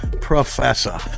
professor